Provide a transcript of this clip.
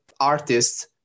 artists